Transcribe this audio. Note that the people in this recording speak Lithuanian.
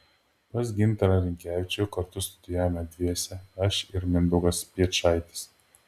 pas gintarą rinkevičių kartu studijavome dviese aš ir mindaugas piečaitis